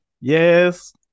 Yes